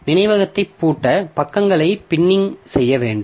நினைவகத்தை பூட்ட பக்கங்களை பின்னிங் செய்ய வேண்டும்